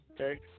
okay